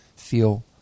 Feel